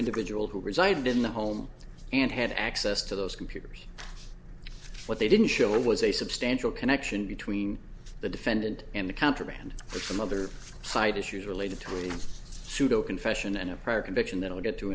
individual who resided in the home and had access to those computers what they didn't show was a substantial connection between the defendant and the contraband from other side issues related to a pseudo confession and a prior conviction that i'll get